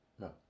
No